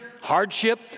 Hardship